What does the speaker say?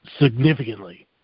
significantly